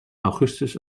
augustus